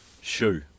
shoe